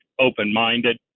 open-minded